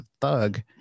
thug